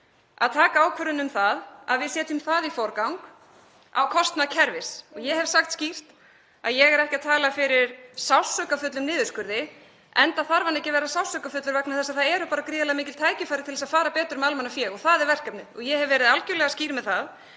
að taka ákvörðun um að setja það í forgang á kostnað kerfis. Ég hef sagt skýrt að ég er ekki að tala fyrir sársaukafullum niðurskurði, enda þarf hann ekki að vera sársaukafullur vegna þess að það eru gríðarlega mikil tækifæri til að fara betur með almannafé. Það er verkefnið. Ég hef verið algerlega skýr með það